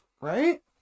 Right